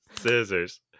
scissors